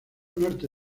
norte